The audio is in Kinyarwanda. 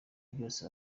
byose